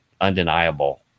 undeniable